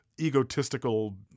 egotistical